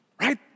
right